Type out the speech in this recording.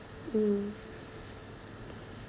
mm